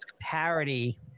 parody